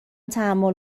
تحمل